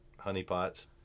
honeypots